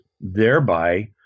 thereby